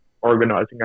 organizing